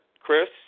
Chris